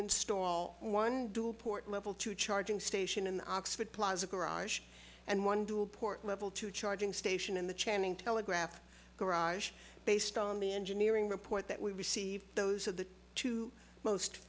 install one port level two charging station in oxford plaza garage and one port level two charging station in the chanting telegraph garage based on the engineering report that we receive those are the two most